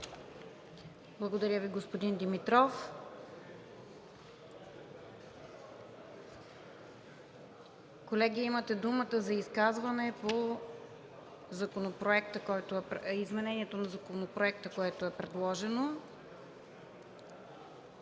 Благодаря Ви, господин Димитров. Колеги, имате думата за изказване по изменението на Законопроекта, което е предложено.